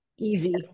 easy